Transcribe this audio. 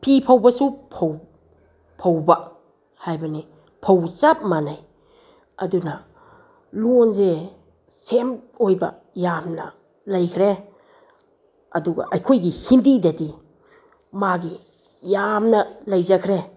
ꯐꯤ ꯐꯧꯕꯁꯨ ꯐꯧ ꯐꯧꯕ ꯍꯥꯏꯕꯅꯤ ꯐꯧ ꯆꯞ ꯃꯥꯟꯅꯩ ꯑꯗꯨꯅ ꯂꯣꯟꯁꯦ ꯁꯦꯝ ꯑꯣꯏꯕ ꯌꯥꯝꯅ ꯂꯩꯈ꯭ꯔꯦ ꯑꯗꯨꯒ ꯑꯩꯈꯣꯏꯒꯤ ꯍꯤꯟꯗꯤꯗꯗꯤ ꯃꯥꯒꯤ ꯌꯥꯝꯅ ꯂꯩꯖꯈ꯭ꯔꯦ